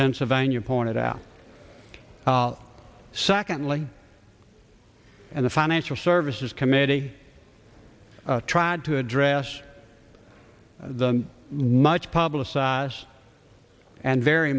pennsylvania pointed out secondly and the financial services committee tried to address the much publicized and very